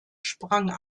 sprang